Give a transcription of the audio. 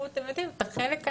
זה לא נכון לעשות את זה,